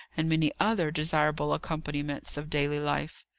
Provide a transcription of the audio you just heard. and many other desirable accompaniments of daily life.